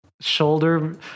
shoulder